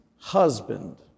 husband